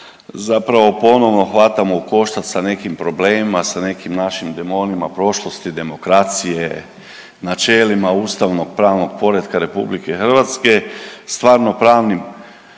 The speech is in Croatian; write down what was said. zapravo ponovno hvatamo u koštac sa nekim problemima, sa nekim našim demonima prošlosti, demokracije, načelima ustavno-pravnog poretka Republike Hrvatske, stvarno-pravnim